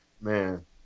man